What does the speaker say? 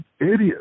idiots